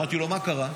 אמרתי לו: מה קרה?